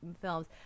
films